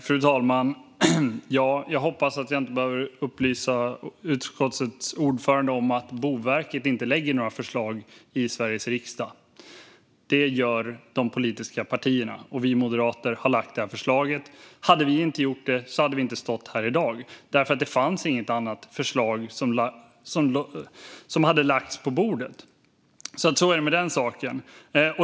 Fru talman! Jag hoppas att jag inte behöver upplysa utskottets ordförande om att Boverket inte lägger fram några förslag i Sveriges riksdag. Det gör de politiska partierna. Vi moderater har lagt fram detta förslag. Hade vi inte gjort det hade vi inte stått här i dag, för det fanns inget annat förslag på bordet. Så är det alltså med den saken.